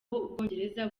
ubwongereza